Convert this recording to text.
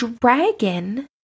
dragon